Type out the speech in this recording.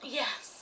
yes